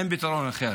אין פתרון אחר.